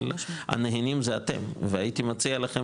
אבל הנהנים זה אתם והייתי מציע לכם,